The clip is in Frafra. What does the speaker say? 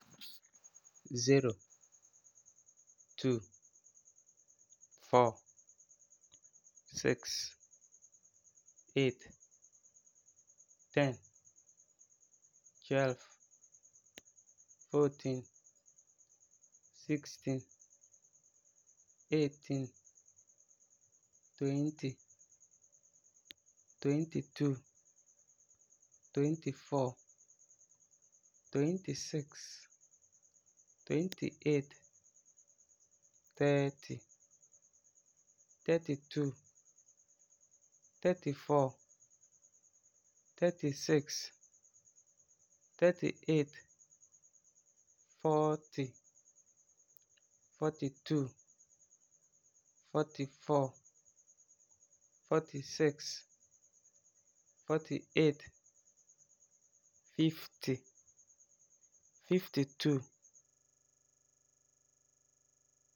Zero, two, four, six, eight, ten, twelve, fourteen, sixteen, eighteen, twenty, twenty-two, twenty-four, twenty-six, twenty-eight, thirty, thirty-two, thirty-four, thirty-six, thirty-eight, forty, forty-two, forty-four, forty-six, forty-eight, fifty, fifty-two